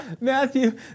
Matthew